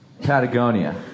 patagonia